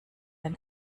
den